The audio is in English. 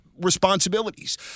responsibilities